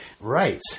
Right